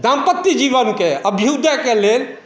दाम्पत्य जीवनके अभ्युदयके लेल